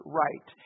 right